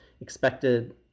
expected